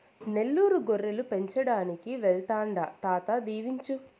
నెల్లూరు గొర్రెలు పెంచడానికి వెళ్తాండా తాత దీవించు